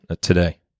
today